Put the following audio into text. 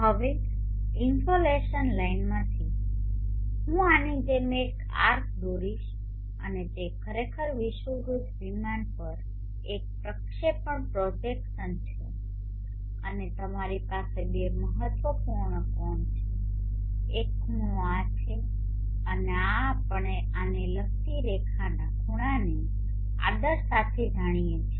હવે ઇનસોલેશન લાઇનમાંથી ચાલો હું આની જેમ એક આર્ક દોરીશ અને તે ખરેખર વિષુવવૃત્ત વિમાન પર એક પ્રક્ષેપણપ્રોજેકસન છે અને તમારી પાસે બે મહત્વપૂર્ણ કોણ છે એક ખૂણો આ છે અને આ આપણે આને લગતી રેખાના ખૂણાને આદર સાથે જાણીએ છીએ